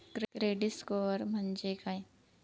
Credit score म्हणजे काय?